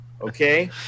okay